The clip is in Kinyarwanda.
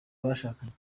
bashakanye